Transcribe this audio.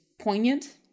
poignant